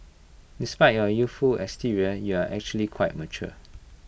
despite your youthful exterior you're actually quite mature